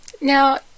Now